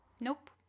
Nope